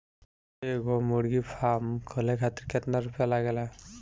एगो मुर्गी फाम खोले खातिर केतना रुपया लागेला?